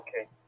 Okay